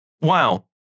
Wow